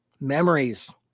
Memories